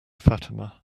fatima